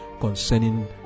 concerning